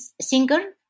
singer